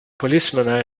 policemen